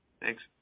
Thanks